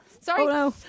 sorry